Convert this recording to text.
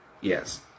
Yes